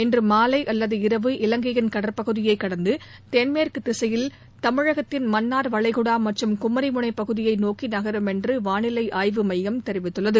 இன்று மாலை அல்லது இரவு இலங்கையின் கடற் பகுதியை கடந்து தென்மேற்கு திசையில் தமிழகத்தின் மன்னா் வளைகுடா மற்றும் குமி முனை பகுதியை நோக்கி நகரும் என்று வாளிலை ஆய்வுமையம் தெரிவித்துள்ளது